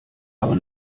aber